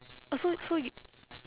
oh so so you